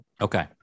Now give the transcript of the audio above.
Okay